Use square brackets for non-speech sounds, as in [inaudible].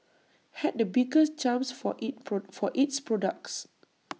had the biggest jumps for IT for its products [noise]